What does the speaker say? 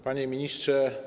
Panie Ministrze!